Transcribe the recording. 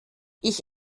ich